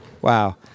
wow